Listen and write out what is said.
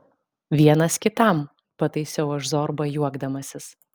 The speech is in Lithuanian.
vienas kitam pataisiau aš zorbą juokdamasis